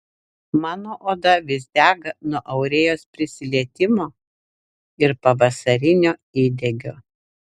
mano oda visa dega nuo aurėjos prisilietimo ir pavasarinio įdegio